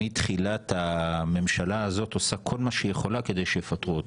שמתחילת הממשלה הזאת עושה כל מה שהיא יכולה כדי שיפטרו אותה,